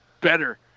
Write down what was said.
better